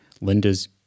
Linda's